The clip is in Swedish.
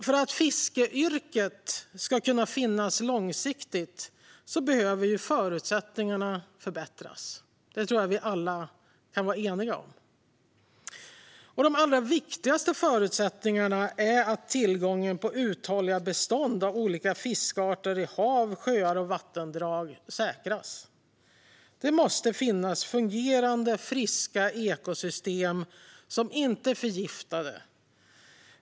För att fiskeyrket ska kunna finnas långsiktigt behöver förutsättningarna förbättras, det tror jag att vi alla kan vara eniga om. Den allra viktigaste förutsättningen är att tillgången till uthålliga bestånd av olika fiskarter i hav, sjöar och vattendrag säkras. Det måste finnas fungerande, friska ekosystem, som inte är förgiftade.